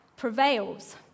Prevails